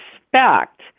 respect